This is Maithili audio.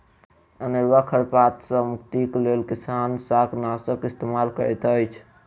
अनेरुआ खर पात सॅ मुक्तिक लेल किसान शाकनाशक इस्तेमाल करैत अछि